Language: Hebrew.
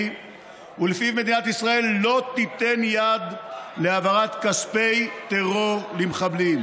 שלפיו מדינת ישראל לא תיתן יד להעברת כספי טרור למחבלים.